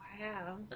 Wow